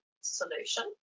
solution